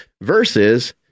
versus